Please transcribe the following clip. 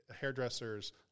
hairdressers